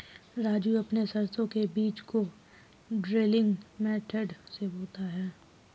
राजू अपने सरसों के बीज को ड्रिलिंग मेथड से बोता है